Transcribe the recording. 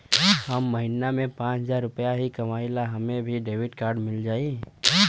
हम महीना में पाँच हजार रुपया ही कमाई ला हमे भी डेबिट कार्ड मिली?